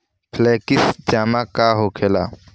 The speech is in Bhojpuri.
फ्लेक्सि जमा का होखेला?